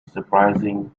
surprising